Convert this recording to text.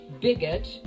bigot